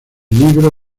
libro